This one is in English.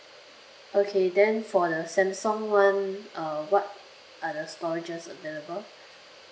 okay then for the samsung one uh what are the storages available